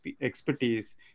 expertise